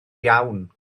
iawn